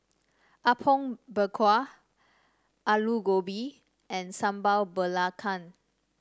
Apom Berkuah Aloo Gobi and Sambal Belacan